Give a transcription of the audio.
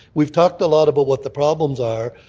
we've talked a lot about what the problems are,